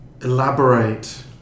Elaborate